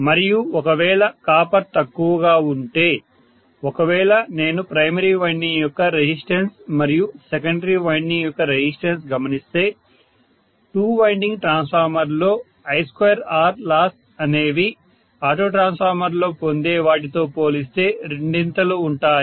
మరియు ఒకవేళ కాపర్ తక్కువగా ఉంటే ఒకవేళ నేను ప్రైమరీ వైండింగ్ యొక్క రెసిస్టెన్స్ మరియు సెకండరీ వైండింగ్ యొక్క రెసిస్టెన్స్ గమనిస్తే 2 వైండింగ్ ట్రాన్స్ఫార్మర్ లో I2R లాస్ అనేవి ఆటో ట్రాన్స్ఫార్మర్ లో పొందే వాటితో పోలిస్తే రెండింతలు ఉంటాయి